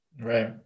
Right